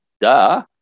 Duh